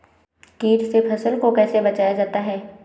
कीट से फसल को कैसे बचाया जाता हैं?